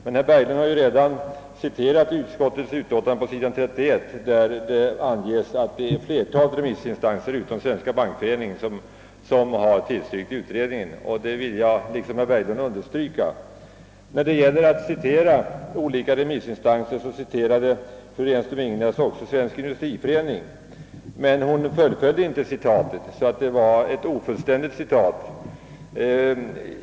Herr Berglund har emellertid redan citerat s. 31 i utskottsutlåtandet, där det anges att flertalet remissinstanser utom Svenska bankföreningen har tillstyrkt utredningen. Det vill jag liksom han understryka. Bland olika remissinstanser citerade fru Renström-Ingenäs också Svensk industriförening, men hon fullföljde inte citatet utan lämnade det ofullständigt.